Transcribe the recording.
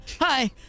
hi